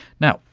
now,